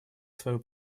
свою